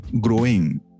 growing